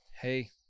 Hey